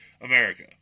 America